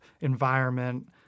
environment